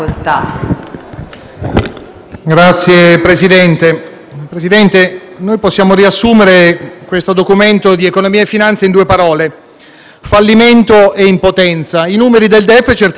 Signor Presidente, possiamo riassumere questo Documento di economia e finanza in due parole: fallimento e impotenza. I numeri del DEF certificano il fallimento